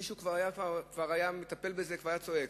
מישהו כבר היה מטפל בזה והיה צועק.